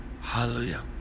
Hallelujah